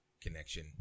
connection